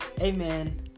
Amen